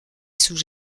sous